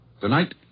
Tonight